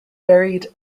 buried